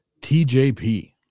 TJP